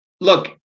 look